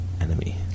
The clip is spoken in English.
enemy